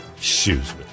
Shoes